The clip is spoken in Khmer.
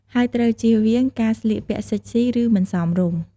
ហើយត្រូវជៀសវាងការស្លៀកពាក់សិចស៊ី ឬមិនសមរម្យ។